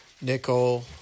nickel